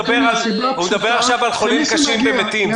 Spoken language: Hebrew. הוא מדבר עכשיו על חולים קשים ומתים.